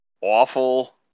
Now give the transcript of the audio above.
awful